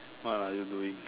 what are you doing